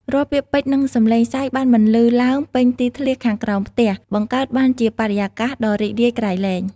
រាល់ពាក្យពេចន៍និងសំឡេងសើចបានបន្លឺឡើងពេញទីធ្លាខាងក្រោមផ្ទះ បង្កើតបានជាបរិយាកាសដ៏រីករាយក្រៃលែង។